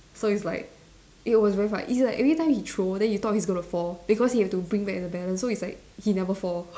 so it's like it was very far it's like every time he throw then he thought he was gonna fall because he have to bring back the balance so it's like he never fall